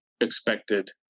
expected